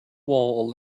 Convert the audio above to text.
wall